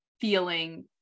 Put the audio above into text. feeling